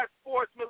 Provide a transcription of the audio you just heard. sports